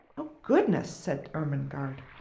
oh, goodness! said ermengarde.